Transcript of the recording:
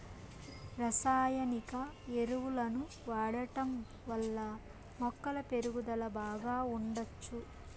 రసాయనిక ఎరువులను వాడటం వల్ల మొక్కల పెరుగుదల బాగా ఉండచ్చు